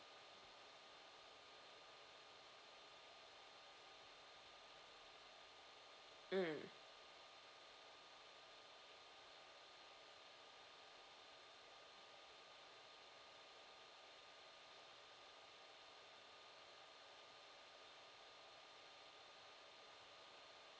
mm mm